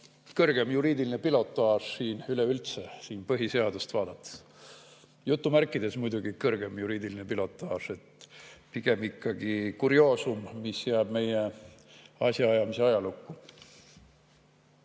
kõrgem juriidiline pilotaaž üleüldse siin põhiseadust vaadates, jutumärkides muidugi: "kõrgem juriidiline pilotaaž". Pigem ikkagi kurioosum, mis jääb meie asjaajamise ajalukku.